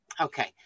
Okay